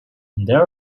there